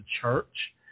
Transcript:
church